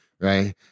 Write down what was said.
right